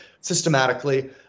systematically